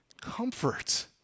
Comfort